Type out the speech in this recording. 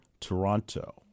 Toronto